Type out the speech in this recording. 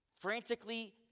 frantically